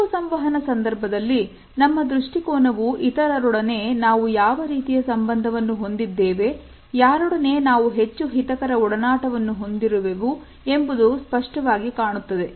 ಗುಂಪು ಸಂವಹನ ಸಂದರ್ಭದಲ್ಲಿ ನಮ್ಮ ದೃಷ್ಟಿಕೋನವು ಇತರರೊಡನೆ ನಾವು ಯಾವ ರೀತಿಯ ಸಂಬಂಧವನ್ನು ಹೊಂದಿದ್ದೇವೆ ಯಾರೊಡನೆ ನಾವು ಹೆಚ್ಚು ಹಿತಕರ ಒಡನಾಟವನ್ನು ಹೊಂದಿರುವವು ಎಂಬುದು ಸ್ಪಷ್ಟವಾಗಿ ಕಾಣುತ್ತದೆ